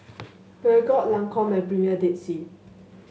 Peugeot Lancome Premier Dead Sea